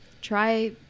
try